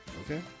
Okay